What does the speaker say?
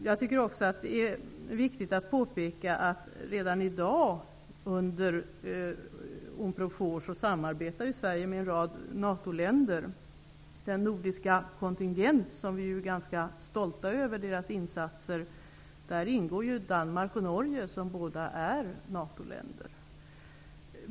Jag tycker också att det är viktigt att påpeka att redan i dag under Unprofor samarbetar Sverige med en rad NATO-länder. I den nordiska kontingenten, vars insats vi är ganska stolta över, ingår soldater från Danmark och Norge, som båda är NATO-länder.